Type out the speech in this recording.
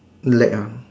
leg ah